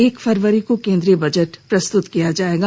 एक फरवरी को केन्द्रीय बजट प्रस्तुत किया जाएगा